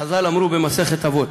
חז"ל אמרו במסכת אבות: